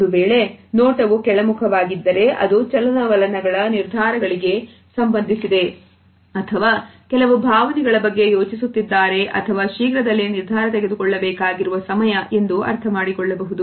ಒಂದು ವೇಳೆ ನೋಟವು ಕೆಳಮುಖವಾಗಿ ಇದ್ದರೆ ಅದು ಚಲನವಲನಗಳ ನಿರ್ಧಾರಗಳಿಗೆ ಸಂಬಂಧಿಸಿದೆ ಅಥವಾ ಕೆಲವು ಭಾವನೆಗಳ ಬಗ್ಗೆ ಯೋಚಿಸುತ್ತಿದ್ದಾರೆ ಅಥವಾ ಶೀಘ್ರದಲ್ಲೇ ನಿರ್ಧಾರ ತೆಗೆದುಕೊಳ್ಳಬೇಕಾಗಿರುವ ಸಮಯ ಎಂದು ಅರ್ಥಮಾಡಿಕೊಳ್ಳಬಹುದು